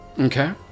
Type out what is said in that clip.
okay